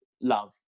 love